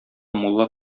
мулла